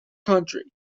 county